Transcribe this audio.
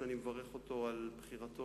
שאני מברך אותו על בחירתו,